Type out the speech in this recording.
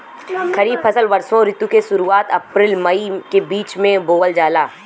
खरीफ फसल वषोॅ ऋतु के शुरुआत, अपृल मई के बीच में बोवल जाला